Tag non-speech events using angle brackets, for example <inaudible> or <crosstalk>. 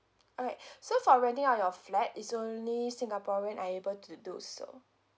alright <breath> so for renting out your flat it's only singaporean are able to do so